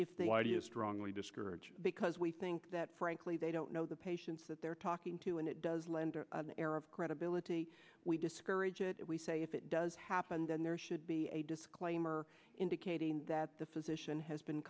they strongly discourage because we think that frankly they don't know the patients that they're talking to and it does lend the air of credibility we discourage it we say if it does happen then there should be a disclaimer indicating that the physician has been